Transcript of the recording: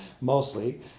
mostly